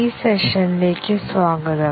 ഈ സെഷനിലേക്ക് സ്വാഗതം